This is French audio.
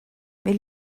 mais